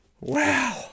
Wow